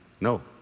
No